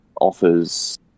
offers